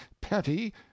petty